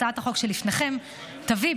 הצעת החוק שלפניכם תביא,